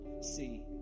see